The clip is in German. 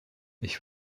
ich